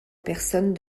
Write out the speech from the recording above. personne